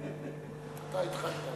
אתה התחלת.